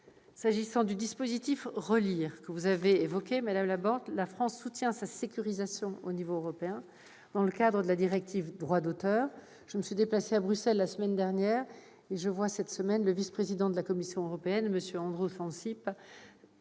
Quant au dispositif « ReLIRE », que vous avez évoqué, madame Laborde, la France soutient sa sécurisation au niveau européen, dans le cadre de la directive Droit d'auteur. Je me suis déplacée à Bruxelles, la semaine dernière, et je vois, cette semaine, le vice-président de la Commission européenne, M. Andrus Ansip.